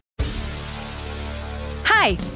Hi